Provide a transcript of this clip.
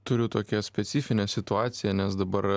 turiu tokią specifinę situaciją nes dabar